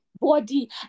Body